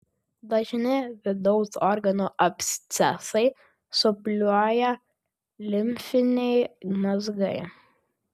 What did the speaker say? dažni vidaus organų abscesai supūliuoja limfiniai mazgai